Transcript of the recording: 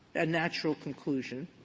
a natural conclusion.